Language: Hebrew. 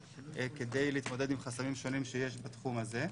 כדי להתמודד עם חסמים שונים שיש בתחום הזה.